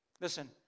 Listen